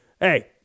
hey